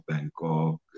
Bangkok